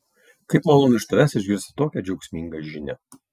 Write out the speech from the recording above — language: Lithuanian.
kaip malonu iš tavęs išgirsti tokią džiaugsmingą žinią